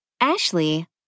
Ashley